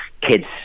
kids